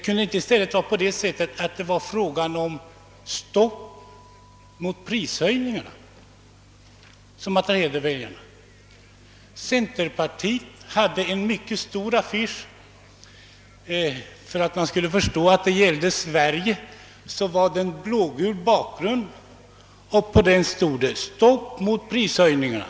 Kan det inte i stället ha varit fråga om att få ett stopp mot prishöjningarna? Centerpartiet hade en mycket stor affisch härom. För att man skulle förstå att det gällde Sverige hade den tryckts med blågul bakgrund, på vilken det stod »Stopp mot prishöjningarna».